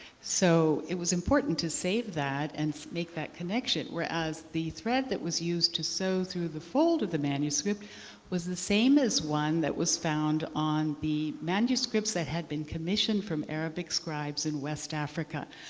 so it was important to save that and make that connection. whereas the thread that was used to sew through the fold of the manuscript was the same as one that was found on the manuscripts that had been commissioned from arabic scribes in west africa.